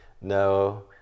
No